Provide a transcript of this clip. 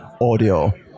audio